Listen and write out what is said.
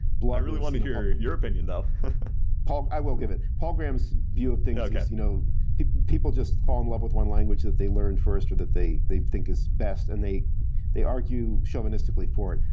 blub i really want to hear your your opinion though i will give it. paul graham's view of things like is you know people just fall in love with one language that they learned first, or that they they think is best, and they they argue chauvinistically for it.